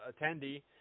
attendee